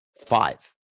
five